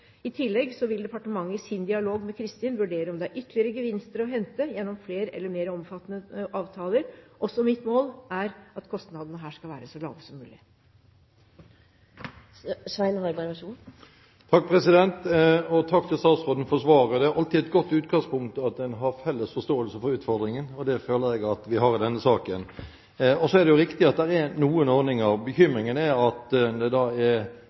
I tillegg vil departementet i sin dialog med Cristin vurdere om det er ytterligere gevinster å hente gjennom flere eller mer omfattende avtaler. Også mitt mål er at kostnadene her skal være så lave som mulig. Takk til statsråden for svaret. Det er alltid et godt utgangspunkt at en har en felles forståelse for utfordringen. Det føler jeg at vi har i denne saken. Så er det riktig at det er noen ordninger. Bekymringen er at det er deler av universitets- og høyskolesektoren som føler at de ikke blir ivaretatt med hensyn til dette. Det er